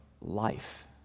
life